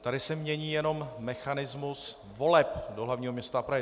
Tady se mění jenom mechanismus voleb do hlavního města Prahy.